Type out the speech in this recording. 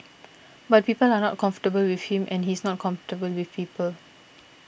but people are not comfortable with him and he's not comfortable with people